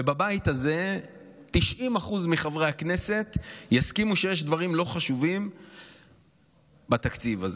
ובבית הזה 90% מחברי הכנסת יסכימו שיש דברים לא חשובים בתקציב הזה.